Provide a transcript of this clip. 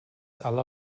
aller